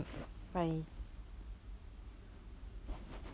bye